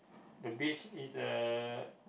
the beach is a